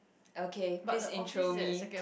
okay please intro me